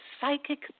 psychic